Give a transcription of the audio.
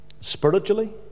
Spiritually